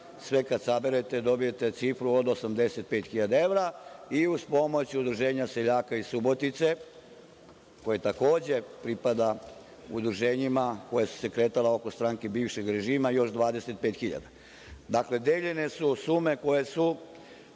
sve kad saberete dobijete cifru od 85.000 evra i uz pomoć seljaka iz Subotice, koje takođe pripada udruženjima koja su se kretala oko stranke bivšeg režima, još 25.000? Dakle, deljene su sume koje su